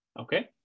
okay